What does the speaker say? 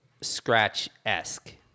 scratch-esque